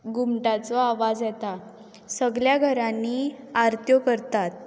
घुंमटाचो आवाज येता सगल्या घरांनी आरत्यो करतात